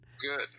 Good